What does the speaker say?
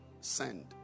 send